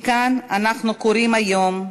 מכאן אנחנו קוראים היום: